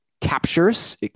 captures